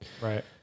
Right